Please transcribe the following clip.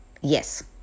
Yes